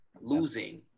losing